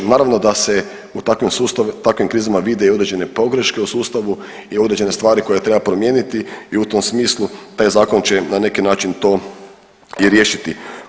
Naravno da se u takvim sustavima, takvim krizama vide i određene pogreške u sustavu i određene stvari koje treba promijeniti i u tom smislu taj zakon će na neki način to i riješiti.